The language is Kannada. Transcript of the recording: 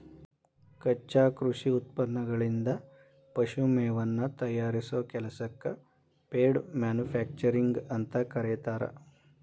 ಕಚ್ಚಾ ಕೃಷಿ ಉತ್ಪನ್ನಗಳಿಂದ ಪಶು ಮೇವನ್ನ ತಯಾರಿಸೋ ಕೆಲಸಕ್ಕ ಫೇಡ್ ಮ್ಯಾನುಫ್ಯಾಕ್ಚರಿಂಗ್ ಅಂತ ಕರೇತಾರ